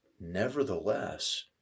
nevertheless